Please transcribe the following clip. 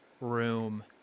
room